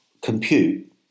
compute